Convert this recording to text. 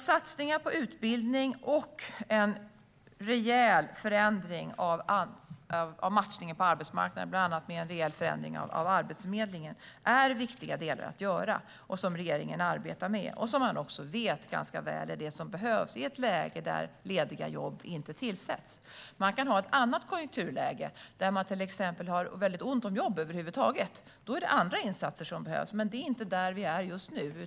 Satsningar på utbildning och en rejäl förändring av matchningen på arbetsmarknaden, bland annat genom en rejäl förändring av Arbetsförmedlingen, är viktiga delar som regeringen arbetar med och som man också ganska väl vet är det som behövs i ett läge när lediga jobb inte tillsätts. Man kan ha ett annat konjunkturläge, till exempel ett där man har ont om jobb över huvud taget. Då är det andra insatser som behövs. Men det är inte där vi är just nu.